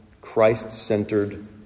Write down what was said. Christ-centered